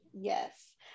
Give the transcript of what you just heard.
Yes